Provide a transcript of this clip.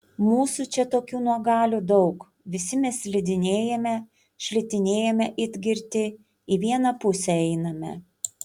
mūsų čia tokių nuogalių daug visi mes slidinėjame šlitinėjame it girti į vieną pusę einame